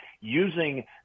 Using